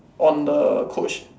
on the coach